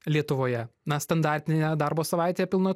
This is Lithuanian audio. lietuvoje na standartinėje darbo savaitėje pilno